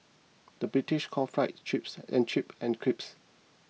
the British calls Fries Chips and chips and crisps